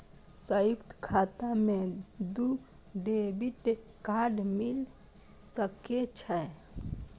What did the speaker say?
संयुक्त खाता मे दू डेबिट कार्ड मिल सके छै?